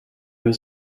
was